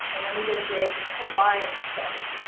and then we did a big combined study.